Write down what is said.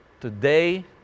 Today